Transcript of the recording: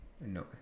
no